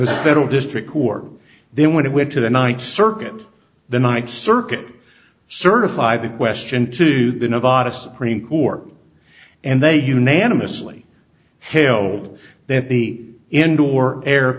was federal district court then when it went to the ninth circuit the ninth circuit certified the question to the nevada supreme court and they unanimously hailed that the indoor air